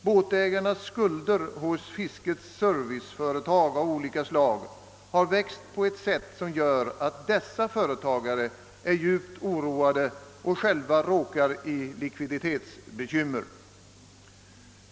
Båtägarnas skulder hos fiskets serviceföretag av olika slag har växt på ett sätt som gör att dessa företagare är djupt oroade och själva råkar i likviditetsbekymmer.